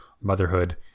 motherhood